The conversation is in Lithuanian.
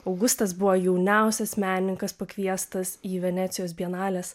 augustas buvo jauniausias menininkas pakviestas į venecijos bienalės